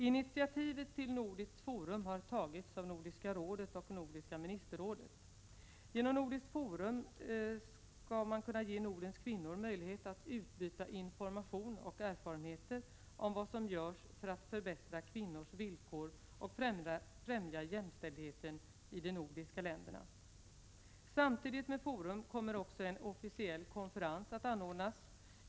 Initiativet till nordiskt Forum har tagits av Nordiska rådet och Nordiska ministerrådet. Man vill genom nordiskt Forum ge Nordens kvinnor möjlighet att utbyta information och erfarenheter om vad som görs för att förbättra kvinnors villkor och främja jämställdheten i de nordiska länderna. Samtidigt med Forum kommer också en officiell konferens att anordnas.